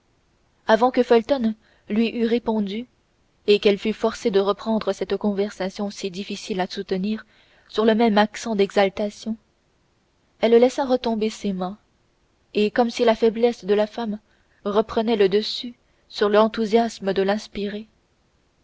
avant que felton lui eût répondu et qu'elle fût forcée de reprendre cette conversation si difficile à soutenir sur le même accent d'exaltation elle laissa retomber ses mains et comme si la faiblesse de la femme reprenait le dessus sur l'enthousiasme de l'inspirée